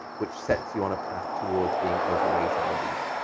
which sets you on a path towards being overweight and obese.